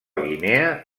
guinea